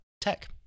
tech